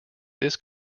this